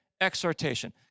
exhortation